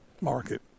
Market